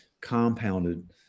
compounded